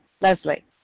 Leslie